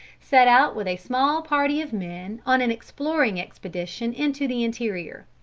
set out with a small party of men on an exploring expedition into the interior.